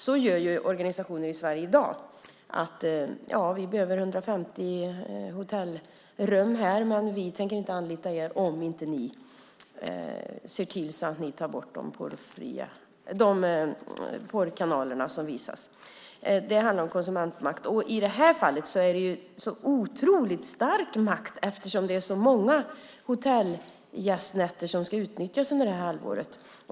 Så gör organisationer i Sverige i dag: Vi behöver 150 hotellrum, men vi tänker inte anlita er om ni inte ser till att ta bort de porrkanaler som visas. Det handlar om konsumentmakt. I det här fallet är det en otroligt stark makt, eftersom det är så många hotellnätter som ska utnyttjas under det här halvåret.